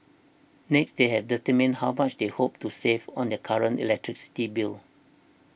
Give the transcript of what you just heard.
next they have determine how much they hope to save on their current electricity bill